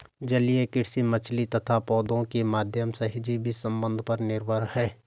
जलीय कृषि मछली तथा पौधों के माध्यम सहजीवी संबंध पर निर्भर है